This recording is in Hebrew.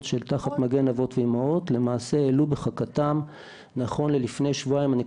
תחת "מגן אבות ואימהות" למעשה העלו בחקתם נכון ללפני שבועיים 260